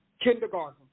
kindergarten